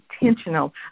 intentional